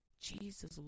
Jesus